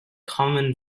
common